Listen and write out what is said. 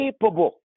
capable